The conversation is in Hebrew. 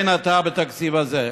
כן עתה, בתקציב הזה.